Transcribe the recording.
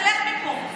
תלך מפה.